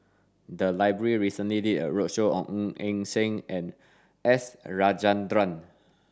the library recently did a roadshow on Ng Yi Sheng and S Rajendran